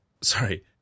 sorry